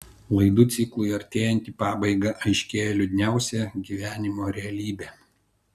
laidų ciklui artėjant į pabaigą aiškėja liūdniausia gyvenimo realybė